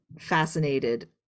fascinated